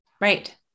right